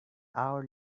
hour